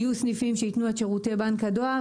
יהיו סניפים שייתנו את שירותי בנק הדואר.